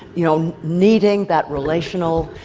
you know, needing that relational